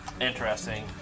Interesting